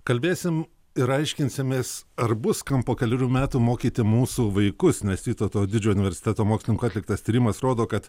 kalbėsim ir aiškinsimės ar bus kam po kelerių metų mokyti mūsų vaikus nes vytauto didžiojo universiteto mokslininkų atliktas tyrimas rodo kad